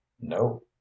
No